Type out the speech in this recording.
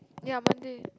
ya Monday